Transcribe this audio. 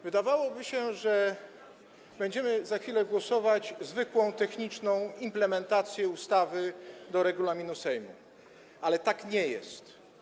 Wydawałoby się, że będziemy za chwilę głosować nad zwykłą techniczną implementacją ustawy do regulaminu Sejmu, ale tak nie jest.